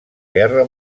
guerra